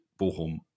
Bochum